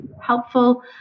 helpful